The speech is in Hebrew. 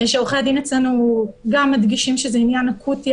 עורכי-הדין גם מדגישים שזה עניין אקוטי.